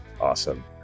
awesome